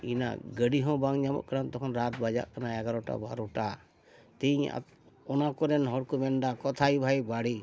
ᱤᱱᱟᱹᱜ ᱜᱟᱹᱰᱤ ᱦᱚᱸ ᱵᱟᱝ ᱧᱟᱢᱚᱜ ᱠᱟᱱᱟ ᱛᱚᱠᱷᱚᱱ ᱨᱟᱛ ᱵᱟᱡᱟᱜ ᱠᱟᱱᱟ ᱮᱜᱟᱨᱚᱴᱟ ᱵᱟᱨᱚᱴᱟ ᱛᱤᱦᱤᱧ ᱚᱱᱟ ᱠᱚᱨᱮᱱ ᱦᱚᱲ ᱠᱚ ᱢᱮᱱᱫᱟ ᱠᱚᱛᱷᱟᱭ ᱵᱷᱟᱭ ᱵᱟᱹᱲᱤ